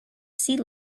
sea